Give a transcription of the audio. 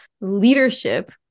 leadership